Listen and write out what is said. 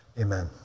Amen